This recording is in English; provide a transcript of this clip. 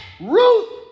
Ruth